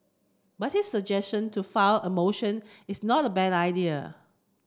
but his suggestion to file a motion is not a bad idea